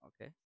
Okay